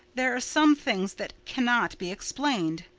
there are some things that cannot be explained.